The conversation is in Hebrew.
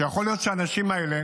כשיכול להיות שהאנשים האלה